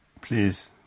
Please